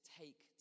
take